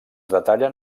detallen